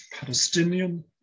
Palestinian